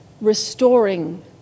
restoring